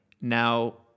now